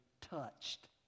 touched